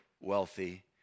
wealthy